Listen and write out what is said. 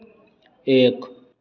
एक